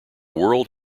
world